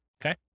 Okay